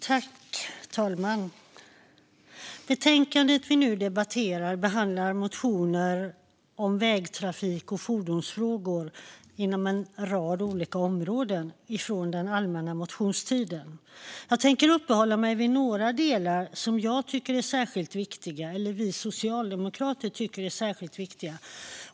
Fru talman! Betänkandet vi nu debatterar behandlar motioner om vägtrafik och fordonsfrågor inom en rad olika områden från den allmänna motionstiden. Jag tänker uppehålla mig vid några delar som vi socialdemokrater tycker är särskilt viktiga.